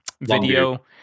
video